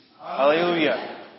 Hallelujah